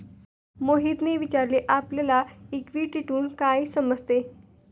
मोहितने विचारले आपल्याला इक्विटीतून काय समजते?